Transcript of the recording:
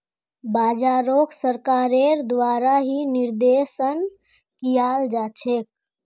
बाजारोक सरकारेर द्वारा ही निर्देशन कियाल जा छे